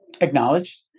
acknowledged